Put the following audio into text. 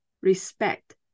respect